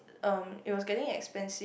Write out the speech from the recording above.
um it was getting expensive